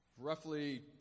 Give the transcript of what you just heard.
roughly